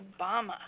Obama